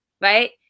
Right